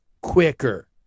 quicker